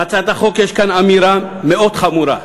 בהצעת החוק יש אמירה מאוד חמורה,